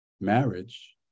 marriage